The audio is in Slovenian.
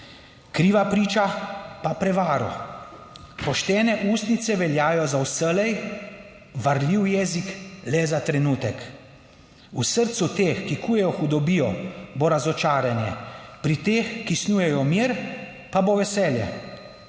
kriva priča pa prevaro. Poštene ustnice veljajo za vselej varljiv jezik le za trenutek. V srcu teh, ki kujejo hudobijo, bo razočaranje, pri teh, ki snujejo mir, pa bo veselje.